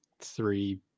three